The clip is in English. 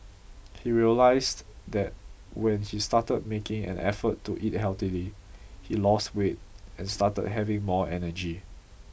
he realised that when he started making an effort to eat healthily he lost weight and started having more energy